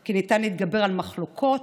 כי ניתן להתגבר על מחלוקות,